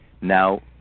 Now